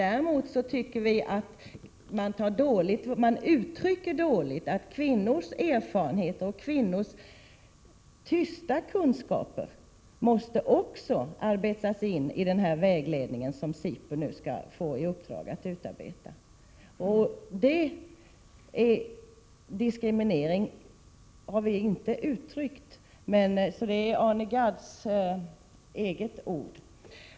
Däremot tycker vi att man dåligt uttrycker att också kvinnors erfarenheter och kvinnors ”tysta kunskaper” måste arbetas in i den vägledning som SIPU nu skall få i uppdrag att sammanställa. Det är alltså inte vi som talar om diskriminering, det är Arne Gadds eget ord.